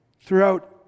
throughout